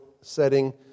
setting